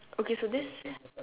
okay so this